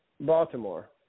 Baltimore